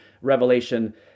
Revelation